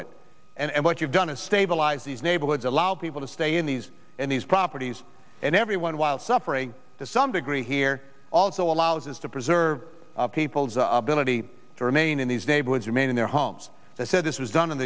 it and what you've done is stabilize these neighborhoods allow people to stay in these and these properties and everyone while suffering to some degree here also allows is to preserve people's ability to remain in these neighborhoods remain in their homes they said this was done in